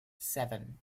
seven